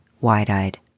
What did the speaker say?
wide-eyed